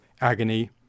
agony